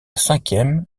cinquième